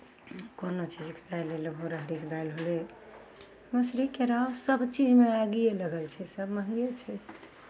कोनो छै दालि लेबहौ राहरिके दालि भेलै मसुरी केराउ सभ चीजमे आगिये लगै छै सभ महंगे छै